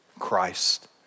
christ